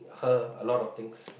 her a lot of things